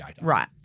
Right